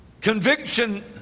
Conviction